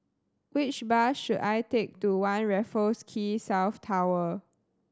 which bus should I take to One Raffles Quay South Tower